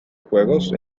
juegos